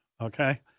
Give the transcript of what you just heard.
okay